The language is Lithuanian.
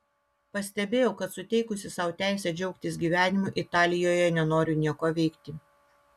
pastebėjau kad suteikusi sau teisę džiaugtis gyvenimu italijoje nenoriu nieko veikti